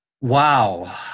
Wow